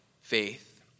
faith